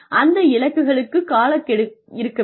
அந்த இலக்குகளுக்குக் காலக்கெடு இருக்க வேண்டும்